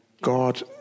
God